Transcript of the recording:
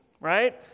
right